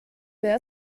wer